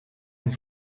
een